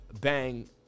bang